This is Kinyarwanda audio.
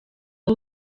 aho